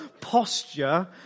posture